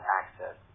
access